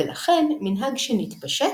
ולכן מנהג שנתפשט,